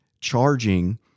charging